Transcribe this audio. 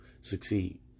succeed